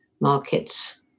markets